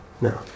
no